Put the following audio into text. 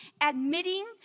admitting